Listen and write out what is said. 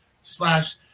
slash